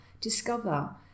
discover